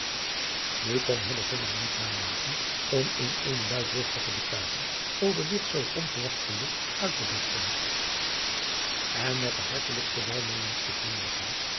u kon niet nalaten om in eene luidruchtige betuiging over dit zoo onverwacht geluk uit te barstten en met de hartelijkste welmeenendste